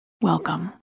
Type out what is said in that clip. Welcome